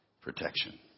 protection